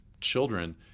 children